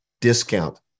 discount